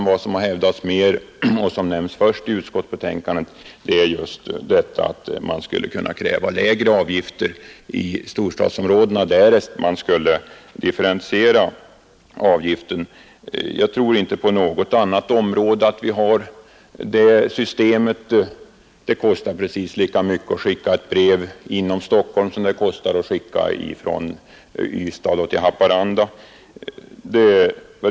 Vad man hävdat mera, och vad som nämns först i utskottets betänkande, är att man skulle kunna kräva lägre avgifter i storstadsområdena, om vi började med en avgiftsdifferentiering. Det systemet har vi emellertid inte på något annat område. Det kostar precis lika mycket att skicka ett brev inom Stockholm som att skicka det från Ystad till Haparanda.